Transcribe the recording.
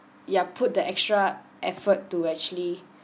ya put the extra effort to actually